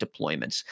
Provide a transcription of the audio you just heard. deployments